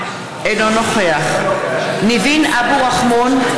אינו נוכח ניבין אבו רחמון,